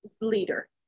leader